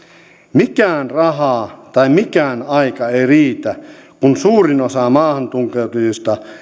mikään raha tai mikään aika ei riitä kun suurin osa maahantunkeutujista